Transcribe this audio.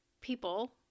people